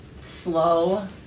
slow